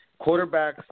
quarterbacks –